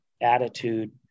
attitude